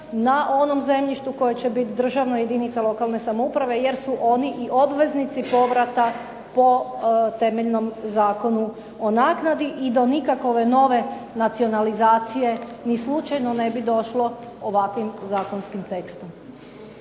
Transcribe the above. na onom zemljištu koje će biti državno, jedinica lokalne samouprave jer su oni i obveznici povrata po temeljnom Zakonu o naknadi i do nikakove nove nacionalizacije ni slučajno ne bi došlo ovakvim zakonskim tekstom.